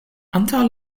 antaŭ